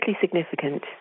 significant